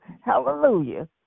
Hallelujah